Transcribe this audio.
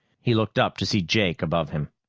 he looked up to see jake above him.